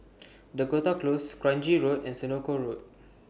Dakota Close Kranji Road and Senoko Road